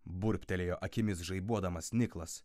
burbtelėjo akimis žaibuodamas niklas